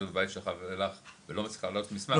בבית שלך ולא מצליחה להעלות את המסמך,